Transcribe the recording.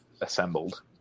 assembled